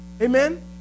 Amen